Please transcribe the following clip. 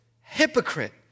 hypocrite